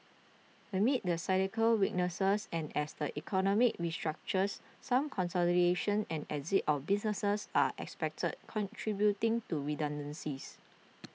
amid the cyclical weaknesses and as the economy restructures some consolidation and exit of businesses are expected contributing to redundancies